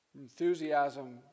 enthusiasm